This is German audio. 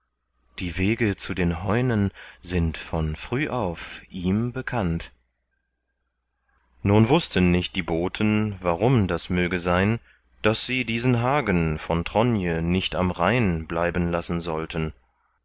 die wege zu den heunen sind von frühauf ihm bekannt nun wußten nicht die boten warum das möge sein daß sie diesen hagen von tronje nicht am rhein bleiben lassen sollten